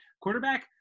quarterback